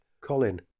Colin